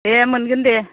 दे मोनगोन दे